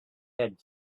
had